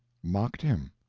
mocked him.